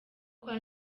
kwa